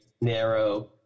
narrow